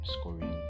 scoring